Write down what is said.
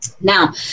Now